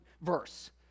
verse